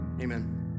Amen